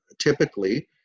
typically